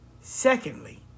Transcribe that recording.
Secondly